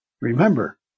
Remember